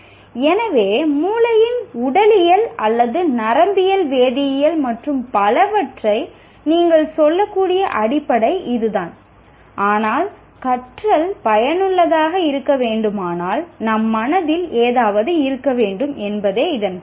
எனவே மூளையின் உடலியல் அல்லது நரம்பியல் வேதியியல் மற்றும் பலவற்றை நீங்கள் சொல்லக்கூடிய அடிப்படை இதுதான் ஆனால் கற்றல் பயனுள்ளதாக இருக்க வேண்டுமானால் நம் மனதில் ஏதாவது இருக்க வேண்டும் என்பதே இதன் பொருள்